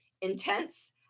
intense